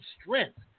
strength